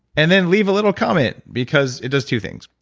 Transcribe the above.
and then leave a little comment because it does two things.